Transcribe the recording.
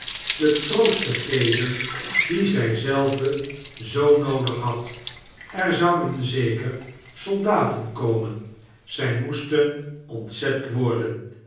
den troost te geven dien zij zelve zoo noodig had er zouden zeker soldaten komen zij moesten ontzet worden